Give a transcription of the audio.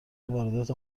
واردات